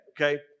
Okay